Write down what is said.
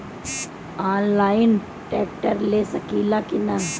Online tractor ले सकीला कि न?